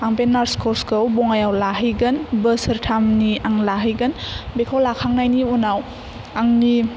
आं बे नार्स कर्सखौ बङाइआव लाहैगोन बोसोरथामनि आं लाहैगोन बेखौ लाखांनायनि उनाव आंनि